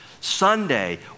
Sunday